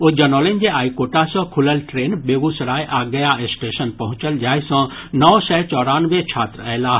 ओ जनौलनि जे आइ कोटा सॅ खुलल ट्रेन बेगूसराय आ गया स्टेशन पहुंचल जाहि सॅ नओ सय चौरानवे छात्र अयलाह